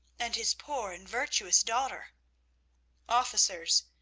and his poor and virtuous daughter officers,